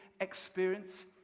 experience